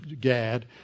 Gad